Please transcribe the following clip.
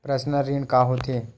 Personal ऋण का होथे?